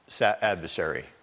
adversary